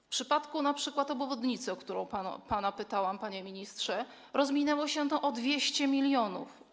W przypadku np. obwodnicy, o którą pana pytałam, panie ministrze, rozminęło się to o 200 mln.